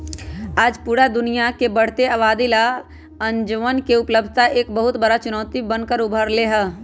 आज पूरा दुनिया के बढ़ते आबादी ला अनजवन के उपलब्धता एक बहुत बड़ा चुनौती बन कर उभर ले है